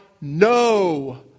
no